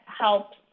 helps